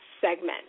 segment